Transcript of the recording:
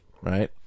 Right